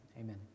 Amen